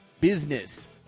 Business